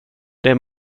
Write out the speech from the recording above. det